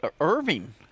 Irving